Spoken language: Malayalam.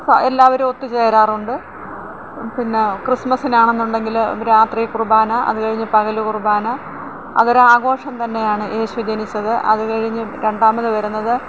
എല്ലാവരും ഒത്തുചേരാറുണ്ട് പിന്നെ ക്രിസ്മസിനാണ് എന്നുണ്ടെങ്കിൽ രാത്രി കുർബാന അതുകഴിഞ്ഞ് പകൽ കുർബാന അത് ഒരു ആഘോഷം തന്നെയാണ് യേശു ജനിച്ചത് അതുകഴിഞ്ഞ് രണ്ടാമത് വരുന്നത്